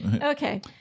Okay